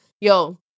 yo